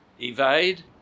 evade